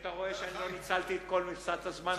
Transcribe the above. אתה רואה שלא ניצלתי את כל מכסת הזמן,